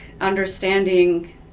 understanding